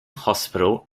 hospital